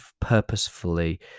purposefully